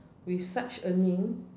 with such earning